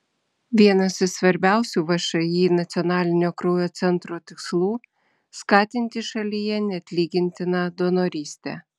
vienas iš svarbiausių všį nacionalinio kraujo centro tikslų skatinti šalyje neatlygintiną donorystę